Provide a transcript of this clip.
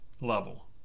level